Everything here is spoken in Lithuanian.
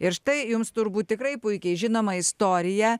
ir štai jums turbūt tikrai puikiai žinoma istorija